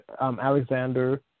Alexander